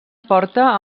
porta